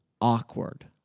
awkward